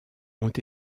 ont